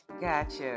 Gotcha